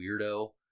weirdo